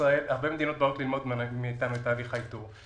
בישראל הרבה מדינות שבאות ללמוד מאיתנו את תהליך האיתור.